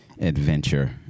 adventure